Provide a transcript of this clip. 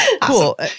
Cool